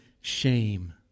shame